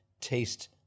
taste